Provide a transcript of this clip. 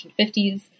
1950s